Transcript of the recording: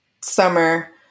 summer